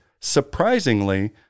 surprisingly